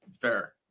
Fair